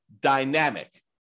dynamic